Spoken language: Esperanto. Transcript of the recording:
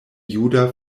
juda